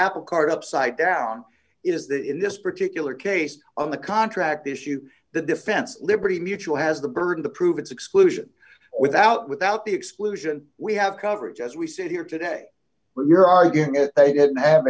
apple cart upside down is that in this particular case on the contract issue the defense liberty mutual has the burden to prove its exclusion without without the exclusion we have coverage as we sit here today but you're arguing that they didn't have